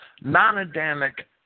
non-Adamic